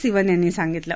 सिवन यांनी सांगितलं